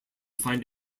find